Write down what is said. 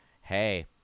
hey